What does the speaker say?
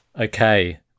Okay